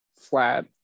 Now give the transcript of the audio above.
flat